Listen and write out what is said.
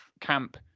camp